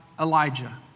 Elijah